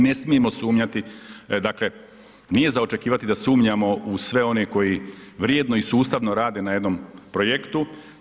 Ne smijemo sumnjati dakle nije za očekivati da sumnjamo u sve one koji vrijedno i sustavno rade na jednom projektu.